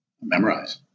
memorize